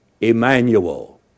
Emmanuel